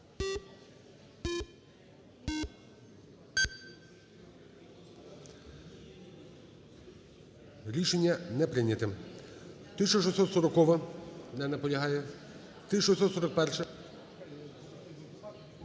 Рішення не прийнято. 1640-а. Не наполягає. 1641-а.